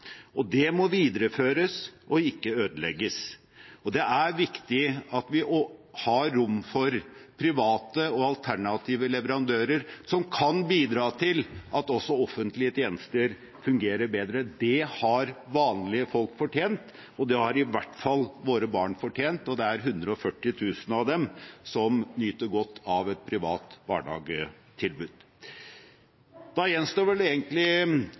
og det må videreføres, ikke ødelegges. Det er viktig at vi har rom for private og alternative leverandører som kan bidra til at også offentlige tjenester fungerer bedre. Det har vanlige folk fortjent, og det har i hvert fall våre barn fortjent, og det er 140 000 av dem som nyter godt av et privat barnehagetilbud. Da gjenstår det vel egentlig